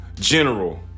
General